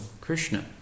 Krishna